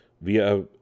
via